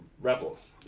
Rebels